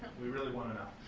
we really wanna know.